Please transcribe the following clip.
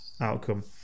outcome